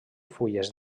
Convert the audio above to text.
fulles